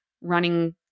running